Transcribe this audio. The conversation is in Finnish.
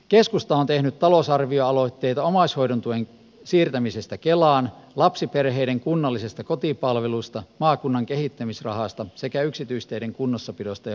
keskusta on tehnyt talousarvioaloitteita omaishoidon tuen siirtämisestä kelaan lapsiperheiden kunnallisesta kotipalvelusta maakunnan kehittämisrahasta sekä yksityisteiden kunnossapidosta ja parantamisesta